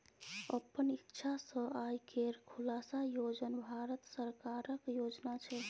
अपन इक्षा सँ आय केर खुलासा योजन भारत सरकारक योजना छै